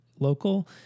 local